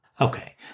Okay